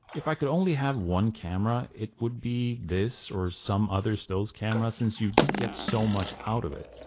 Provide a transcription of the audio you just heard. if i could only have one camera it would be this or some other stills camera since you get so much out of it.